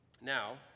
Now